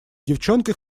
девчонкой